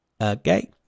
Okay